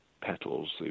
petals